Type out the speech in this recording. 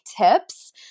tips